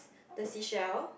the seashell